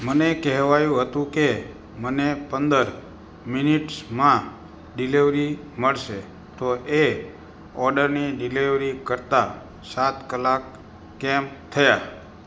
મને કહેવાયું હતું કે મને પંદર મિનીટ્સમાં ડિલિવરી મળશે તો એ ઓર્ડરની ડિલિવરી કરતાં સાત કલાક કેમ થયા